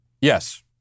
yes